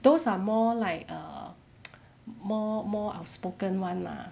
those are more like err more more outspoken [one] lah